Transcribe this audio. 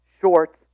short